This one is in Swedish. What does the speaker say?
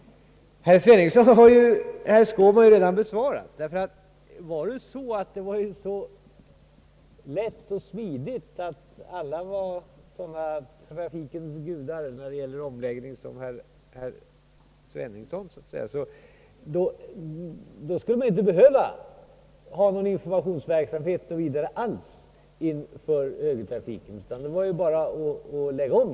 Herr Sveningsson har herr Skårman redan besvarat. Gick det så lätt och smidigt och alla var sådana trafikens gudar när det gäller omläggningen som herr Sveningsson, skulle man inte behöva någon informationsverksamhet alls inför högertrafiken, utan det var bara att lägga om.